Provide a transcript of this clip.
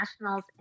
nationals